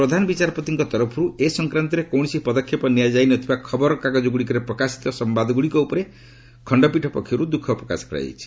ପ୍ରଧାନ ବିଚାରପତିଙ୍କ ତରଫର୍ ଏ ସଂକ୍ରାନ୍ତରେ କୌଣସି ପଦକ୍ଷେପ ନିଆଯାଇ ନ ଥିବା ଖବର କାଗଜଗ୍ରଡ଼ିକରେ ପ୍ରକାଶିତ ସମ୍ଭାଦଗ୍ରଡ଼ିକ ଉପରେ ଦୃଃଖ ପ୍ରକାଶ କରାଯାଇଛି